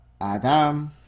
Adam